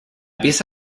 pieza